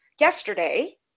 yesterday